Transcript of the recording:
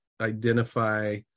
identify